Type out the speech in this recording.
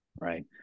right